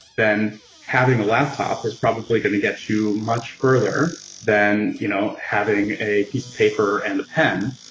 then having a laptop is probably going to get you much further than you know having a piece of paper and a pen.